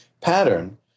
pattern